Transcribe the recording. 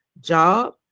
job